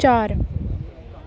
चार